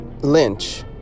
lynch